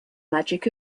magic